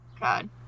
God